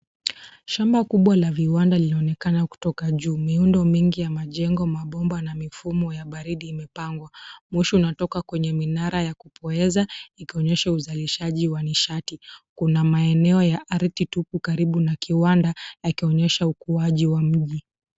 Shamba kubwa la viwanda linaonekana kutoka juu. Miundo mingi ya majengo, mabomba na mifumo ya baridi imepangwa. Moshi unatoka kwenye minara ya kupoeza, ikionyesha uzalishaji wa nishati. Kuna maeneo ya ardhi tupu karibu na kiwanda, yakionyesha ukuaji wa mji.